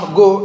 go